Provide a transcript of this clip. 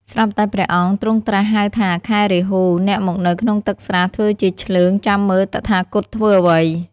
ស្រាប់តែព្រះអង្គទ្រង់ត្រាស់ហៅថា "ខែរាហូ! អ្នកមកនៅក្នុងទឹកស្រះធ្វើជាឈ្លើងចាំមើលតថាគតធ្វើអ្វី?។